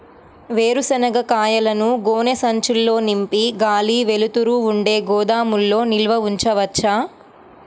వేరుశనగ కాయలను గోనె సంచుల్లో నింపి గాలి, వెలుతురు ఉండే గోదాముల్లో నిల్వ ఉంచవచ్చా?